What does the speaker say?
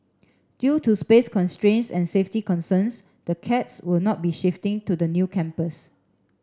due to space constraints and safety concerns the cats will not be shifting to the new campus